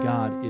God